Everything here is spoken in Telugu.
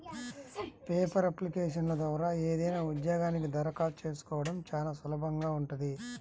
పేపర్ అప్లికేషన్ల ద్వారా ఏదైనా ఉద్యోగానికి దరఖాస్తు చేసుకోడం చానా సులభంగా ఉంటది